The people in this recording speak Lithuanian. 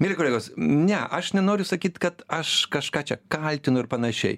mieli kolegos ne aš nenoriu sakyt kad aš kažką čia kaltinu ir panašiai